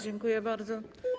Dziękuję bardzo.